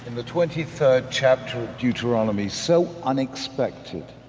the twenty third chapter of deuteronomy so unexpected.